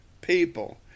people